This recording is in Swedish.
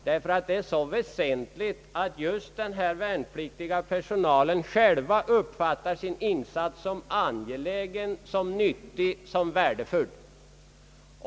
Det är nämligen mycket väsentligt att den värnpliktiga personalen själv uppskattar sin insats som angelägen, nyttig och värdefull.